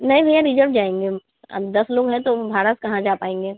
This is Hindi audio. नहीं भैया रिजर्व जाएँगे हम अब दस लोग हैं तो भाड़ा कहाँ जा पाएँगे